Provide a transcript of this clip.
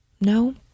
No